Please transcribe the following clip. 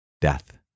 death